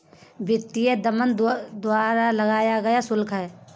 वित्तीय दमन सरकार द्वारा लगाया गया शुल्क नहीं है